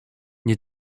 nie